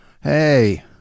Hey